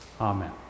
Amen